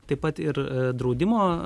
taip pat ir draudimo